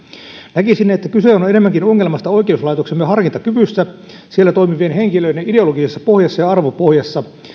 näkisin että kyse on on enemmänkin ongelmasta oikeuslaitoksemme harkintakyvyssä siellä toimivien henkilöiden ideologisessa pohjassa ja arvopohjassa